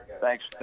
Thanks